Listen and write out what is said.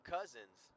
Cousins